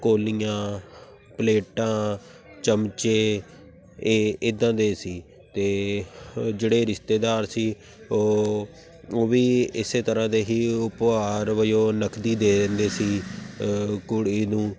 ਕੋਲੀਆਂ ਪਲੇਟਾਂ ਚਮਚੇ ਇਹ ਇੱਦਾਂ ਦੇ ਸੀ ਅਤੇ ਜਿਹੜੇ ਰਿਸ਼ਤੇਦਾਰ ਸੀ ਉਹ ਉਹ ਵੀ ਇਸ ਤਰ੍ਹਾਂ ਦੇ ਹੀ ਉਪਹਾਰ ਵਜੋਂ ਨਕਦੀ ਦੇ ਦਿੰਦੇ ਸੀ ਕੁੜੀ ਨੂੰ